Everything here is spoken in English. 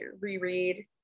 reread